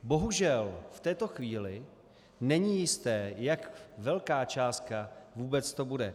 Bohužel, v této chvíli není jisté, jak velká částka vůbec to bude.